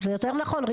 זה יותר נכון,